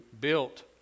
built